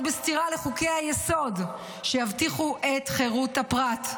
בסתירה לחוקי-היסוד שיבטיחו את חירות הפרט.